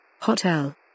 Hotel